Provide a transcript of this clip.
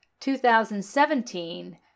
2017